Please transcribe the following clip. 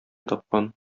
тапкан